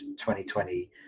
2020